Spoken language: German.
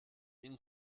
ihnen